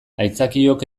aitzakiok